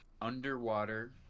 underwater